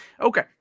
Okay